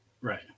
Right